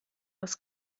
das